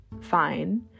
fine